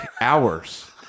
hours